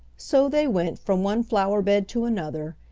so they went from one flower bed to another,